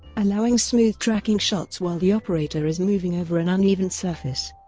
allowing smooth tracking shots while the operator is moving over an uneven surface.